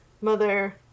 mother